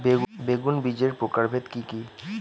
বেগুন বীজের প্রকারভেদ কি কী?